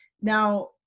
Now